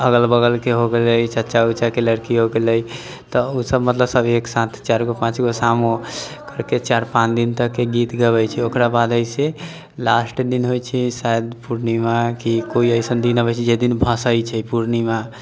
अगल बगलके हो गेलै चाचा उचाके लड़की हो गेलै तऽ उ सभ मतलब सभ एक साथ चारि गो पाँच गो सामो करके चारि पाँच दिन तक गीत गबै छै ओकरा बाद अइसे लास्ट दिन होइ छै शायद पूर्णिमा की कोइ एसन दिन अबै छै जाहि दिन भऽसै छै पूर्णिमा